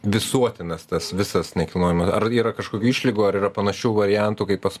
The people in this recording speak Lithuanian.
visuotinas tas visas nekilnojama ar yra kažkokių išlygų ar yra panašių variantų kaip pas